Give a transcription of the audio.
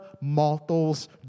mortals